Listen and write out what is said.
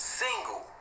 single